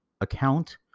account